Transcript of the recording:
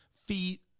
feet